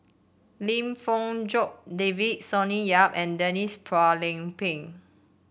Lim Fong Jock David Sonny Yap and Denise Phua Lay Peng